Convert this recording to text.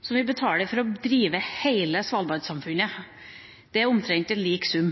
som vi betaler for å drive hele Svalbard-samfunnet. Det er en omtrent lik sum.